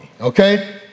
okay